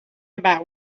about